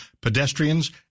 pedestrians